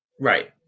Right